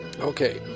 Okay